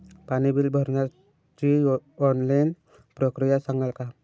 पाणी बिल भरण्याची ऑनलाईन प्रक्रिया सांगाल का?